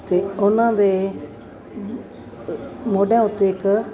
ਅਤੇ ਉਹਨਾਂ ਦੇ ਅ ਮੋਢਿਆਂ ਉੱਤੇ ਇੱਕ